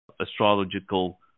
astrological